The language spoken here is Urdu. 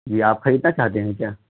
یہ آپ خریدنا چاہتے ہیں کیا